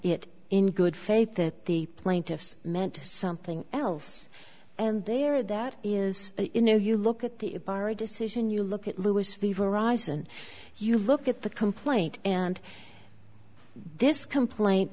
it in good faith that the plaintiffs meant something else and they are that is you know you look at the bar a decision you look at louis freeh verisign you look at the complaint and this complaint